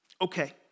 Okay